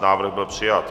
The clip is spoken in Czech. Návrh byl přijat.